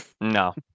No